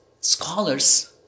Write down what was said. scholars